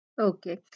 Okay